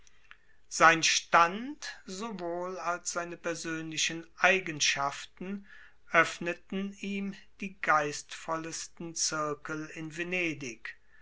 sein stand sowohl als seine persönlichen eigenschaften öffneten ihm die geistvollesten zirkel in venedig